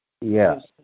Yes